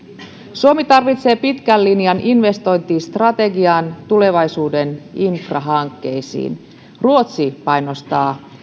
suomi tarvitsee pitkän linjan investointistrategian tulevaisuuden infrahankkeisiin ruotsi panostaa